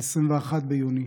21 ביוני,